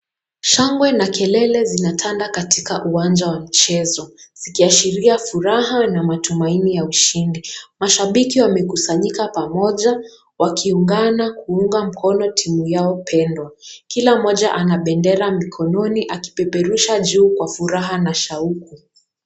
Shangwe na kelele zinatanda katika uwanja wa michezo zikiashiria furaha na matumaini ya ushindi. Mashabiki wamekusanyika pamoja wakiungana kuunga mkono timu pendwa. Kila mmoja ana bendera mikononi akipeperusha juu kwa furaha na shauku.